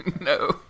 No